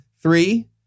Three